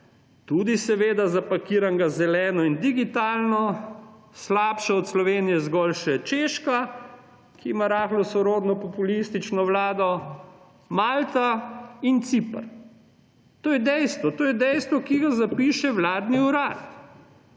tudi seveda zapakiranega zeleno in digitalno, slabša od Slovenije zgolj še Češka, ki ima rahlo sorodno populistično vlado, Malta in Ciper. To je dejstvo. To je dejstvo, ki ga zapiše vladni urad!